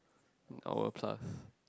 hour plus